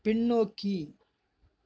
பின்னோக்கி